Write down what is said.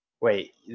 wait